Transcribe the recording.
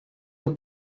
the